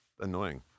annoying